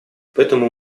поэтому